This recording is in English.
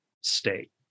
state